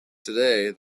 today